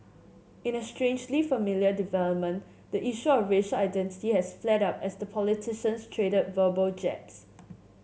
in a strangely familiar development the issue of racial identity has flared up as the politicians traded verbal jabs